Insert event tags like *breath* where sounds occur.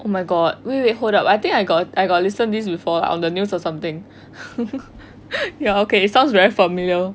oh my god wait wait wait hold up I think I got I got listen to this before like on the news or something *breath* ya okay it sounds very familiar